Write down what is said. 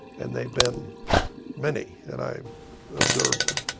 and they've been many, and i've observed them.